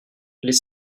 les